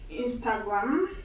Instagram